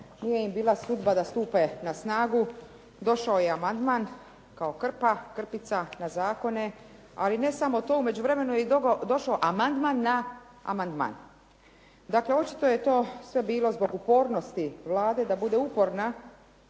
nije im bila sudba da stupe na snagu, došao je amandman kao krpa, krpica na zakone, ali ne samo to, u međuvremenu je i došao amandman na amandman. Dakle, očito je to sve bilo zbog upornosti Vlade da bude uporna